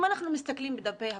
אם אנחנו מסתכלים בדפי הפייסבוק,